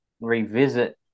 revisit